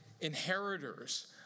inheritors